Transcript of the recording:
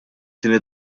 tieni